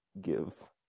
give